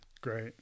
Great